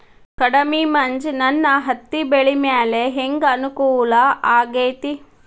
ಕಡಮಿ ಮಂಜ್ ನನ್ ಹತ್ತಿಬೆಳಿ ಮ್ಯಾಲೆ ಹೆಂಗ್ ಅನಾನುಕೂಲ ಆಗ್ತೆತಿ?